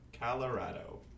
Colorado